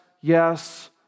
yes